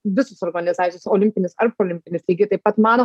visos organizacijos olimpinės ar parolimpinės lygiai taip pat mano